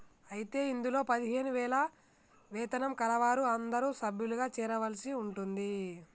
అయితే ఇందులో పదిహేను వేల వేతనం కలవారు అందరూ సభ్యులుగా చేరవలసి ఉంటుంది